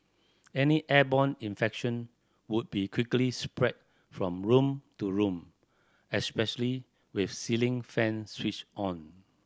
any airborne infection would be quickly spread from room to room especially with ceiling fans switched on